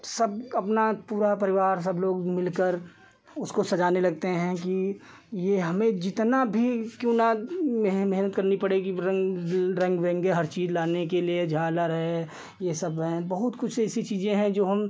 सब अपना पूरा परिवार सब लोग मिलकर उसको सजाने लगते हैं कि यह हमें जितना भी क्यों ना मेह मेहनत करनी पड़ेगी वह रंग रंग बिरंगी हर चीज़ लाने के लिए झालर है यह सब हैं बहुत कुछ ऐसी चीज़ें हैं जो हम